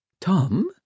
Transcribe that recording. Tom